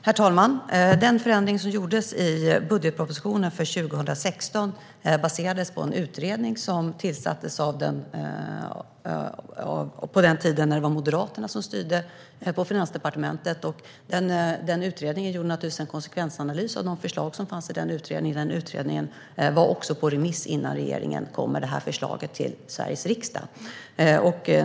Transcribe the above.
Herr talman! Den förändring som gjordes i budgetpropositionen för 2016 baserades på en utredning som tillsattes på den tid då det var Moderaterna som styrde på Finansdepartementet. Den utredningen gjorde naturligtvis en konsekvensanalys av de förslag som fanns i utredningen. Utredningen var också på remiss innan regeringen kom med det här förslaget till Sveriges riksdag.